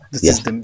Yes